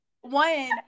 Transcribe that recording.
one